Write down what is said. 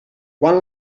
quan